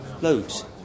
Loads